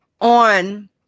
on